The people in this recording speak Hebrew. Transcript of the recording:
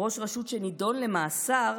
"ראש רשות שנידון למאסר,